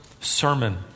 sermon